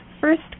First